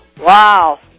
Wow